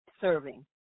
serving